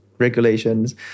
regulations